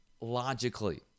logically